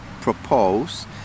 propose